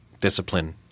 discipline